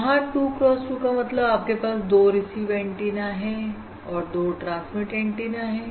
यहां 2 cross 2 का मतलब आपके पास 2 रिसीव एंटीना है और 2 ट्रांसमिट एंटीना है